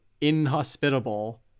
inhospitable